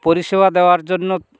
পরিষেবা দেওয়ার জন্য